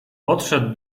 podszedł